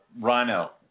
rhino